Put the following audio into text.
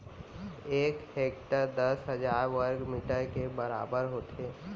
एक हेक्टर दस हजार वर्ग मीटर के बराबर होथे